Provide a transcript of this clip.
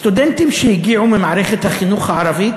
סטודנטים שהגיעו ממערכת החינוך הערבית